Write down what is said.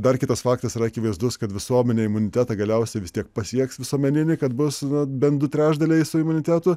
dar kitas faktas yra akivaizdus kad visuomenė imunitetą galiausiai vis tiek pasieks visuomeninį kad bus bent du trečdaliai su imunitetu